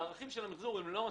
החומרים של המחזור לא מספיקים.